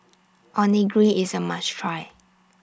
Onigiri IS A must Try